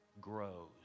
grows